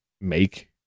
make